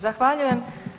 Zahvaljujem.